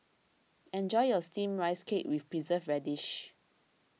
enjoy your Steamed Rice Cake with Preserved Radish